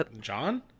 John